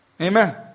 Amen